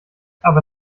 aber